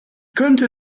könnte